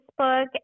Facebook